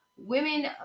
Women